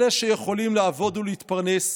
אלה שיכולים לעבוד ולהתפרנס,